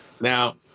Now